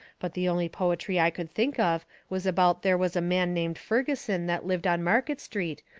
but the only poetry i could think of was about there was a man named furgeson that lived on market street,